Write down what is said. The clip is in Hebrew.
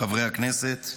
חברי הכנסת,